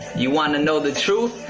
you want to know the truth?